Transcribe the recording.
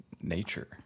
nature